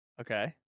Okay